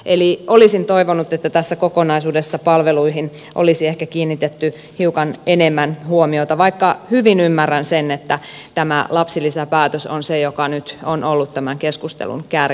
eli olisin toivonut että tässä kokonaisuudessa palveluihin olisi ehkä kiinnitetty hiukan enemmän huomiota vaikka hyvin ymmärrän sen että tämä lapsilisäpäätös on se joka nyt on ollut tämän keskustelun kärjessä